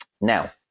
Now